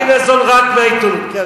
אל תהיה ניזון רק מהעיתונות.